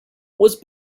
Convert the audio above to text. was